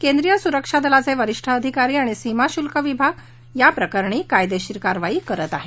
केंद्रीय सुरक्षा दलाचे वरिष्ठ अधिकरी आणि सीमा शुल्क विभाग याप्रकरणी कायदेशीर कारवाई करत आहे